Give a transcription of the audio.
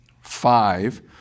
five